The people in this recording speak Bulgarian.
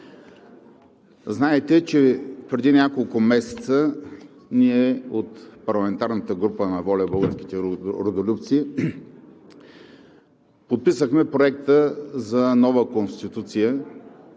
Знаете, че преди няколко месеца от парламентарната група на „ВОЛЯ – Българските Родолюбци“ подписахме Проекта за нова Конституция,